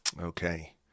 Okay